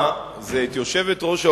אתה מסכים שזה מירוץ מכוניות.